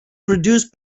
produce